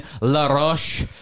LaRoche